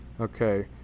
Okay